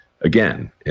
again